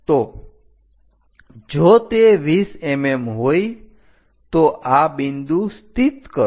તો જો તે 20 mm હોય તો આ બિંદુ સ્થિત કરો